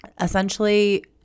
essentially